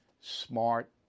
Smart